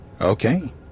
Okay